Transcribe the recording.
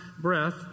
breath